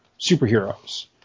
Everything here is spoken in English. superheroes